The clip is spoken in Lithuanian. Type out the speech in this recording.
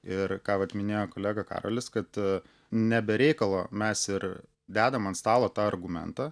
ir ką vat minėjo kolega karolis kad ne be reikalo mes ir dedam ant stalo tą argumentą